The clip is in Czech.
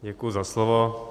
Děkuji za slovo.